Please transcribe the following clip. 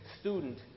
student